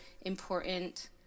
important